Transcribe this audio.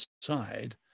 side